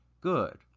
good